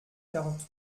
quarante